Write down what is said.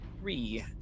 three